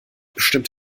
bestimmt